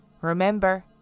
Remember